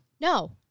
no